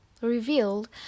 revealed